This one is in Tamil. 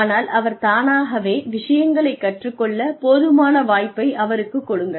ஆனால் அவர் தானாகவே விஷயங்களைக் கற்றுக்கொள்ள போதுமான வாய்ப்பை அவருக்குக் கொடுங்கள்